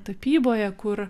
tapyboje kur